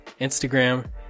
Instagram